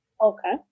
okay